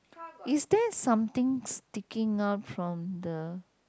is there something sticking out from the